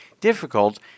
difficult